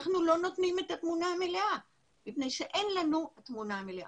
אנחנו לא נותנים את התמונה המלאה מפני שאין לנו את התמונה המלאה.